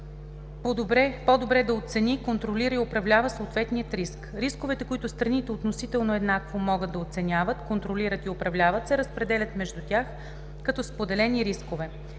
по-добре да оцени, контролира и управлява съответния риск. Рисковете, които страните относително еднакво могат да оценяват, контролират и управляват, се разпределят между тях като споделени рискове.